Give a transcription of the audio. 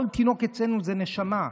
כי כל תינוק אצלנו זה נשמה.